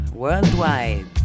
Worldwide